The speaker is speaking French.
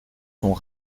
sont